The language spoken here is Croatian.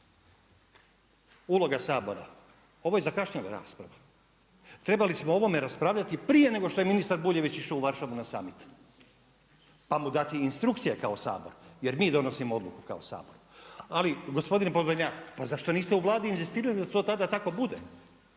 Uloga Sabora, ovo je zakašnjela rasprava. Trebali smo o ovome raspravljati prije nego što je ministar Buljević išao u Varšavu na summit pa mu dati instrukcije kao Sabor jer mi donosimo odluku kao Sabor. Ali gospodine Podoljnjak, pa zašto niste u Vladi inzistirali da to tada tako bude